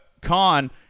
Khan